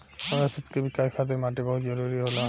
वनस्पति के विकाश खातिर माटी बहुत जरुरी होला